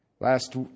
Last